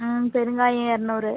ம் பெருங்காயம் இரநூறு